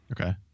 Okay